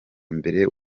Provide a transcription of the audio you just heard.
mbere